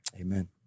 amen